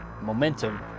momentum